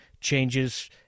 changes